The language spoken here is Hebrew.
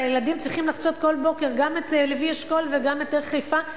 והילדים צריכים לחצות כל בוקר גם את לוי-אשכול וגם את דרך-חיפה,